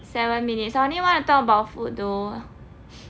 seven minutes I only wanna talk about food though